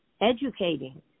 educating